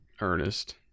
Ernest